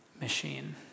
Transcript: machine